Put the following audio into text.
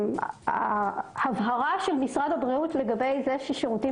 את ההבהרה של משרד הריאות על זה ששירותים